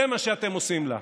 זה מה שאתם עושים לה.